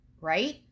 right